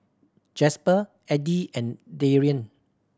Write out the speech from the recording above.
Jasper Edie and Darien